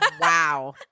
Wow